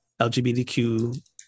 LGBTQ